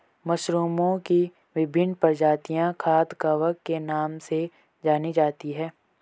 मशरूमओं की विभिन्न प्रजातियां खाद्य कवक के नाम से जानी जाती हैं